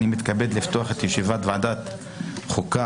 אני מתכבד לפתוח את ישיבת ועדת חוקה,